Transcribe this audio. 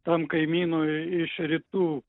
tam kaimynui iš rytų